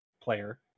player